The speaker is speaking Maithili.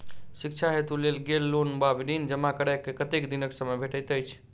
शिक्षा हेतु लेल गेल लोन वा ऋण जमा करै केँ कतेक दिनक समय भेटैत अछि?